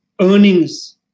earnings